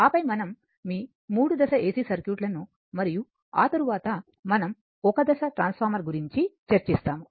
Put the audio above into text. ఆపై మనం three phase AC సర్క్యూట్లను మరియు ఆ తరువాత మనం సింగిల్ ఫేస్ ట్రాన్స్ఫార్మర్ గురించి చర్చిస్తాము